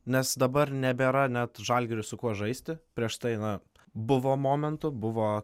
nes dabar nebėra net žalgiriui su kuo žaisti prieš tai na buvo momentų buvo